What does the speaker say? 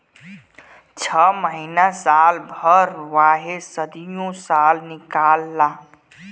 छ महीना साल भर वाहे सदीयो साल निकाल ला